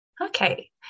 Okay